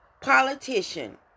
politician